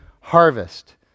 harvest